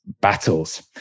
battles